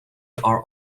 are